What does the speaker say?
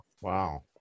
Wow